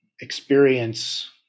experience